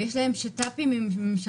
ויש להם שת"פים עם ממשלות,